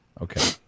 Okay